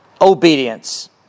Obedience